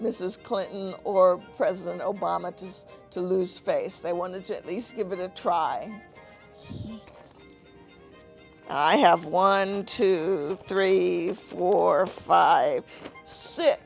mrs clinton or president obama just to lose face they wanted to at least give it a try i have one two three four five six